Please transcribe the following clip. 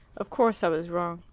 of course i was wrong.